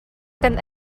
kan